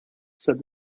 said